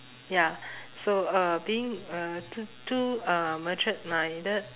ya so uh being uh too too uh matured minded